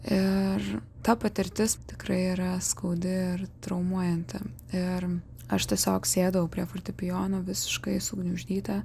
ir ta patirtis tikrai yra skaudi ir traumuojanti ir aš tiesiog sėdau prie fortepijono visiškai sugniuždyta